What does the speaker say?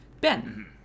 Ben